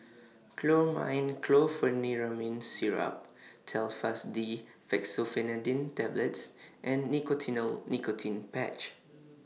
Chlormine Chlorpheniramine Syrup Telfast D Fexofenadine Tablets and Nicotinell Nicotine Patch